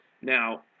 Now